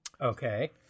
Okay